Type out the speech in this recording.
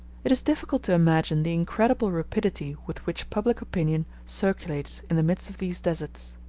it is difficult to imagine the incredible rapidity with which public opinion circulates in the midst of these deserts.